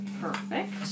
Perfect